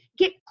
Get